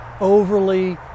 overly